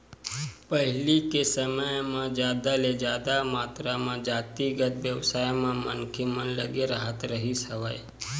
पहिली के समे म जादा ले जादा मातरा म जातिगत बेवसाय म मनखे मन लगे राहत रिहिस हवय